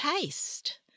taste